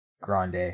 grande